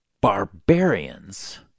barbarians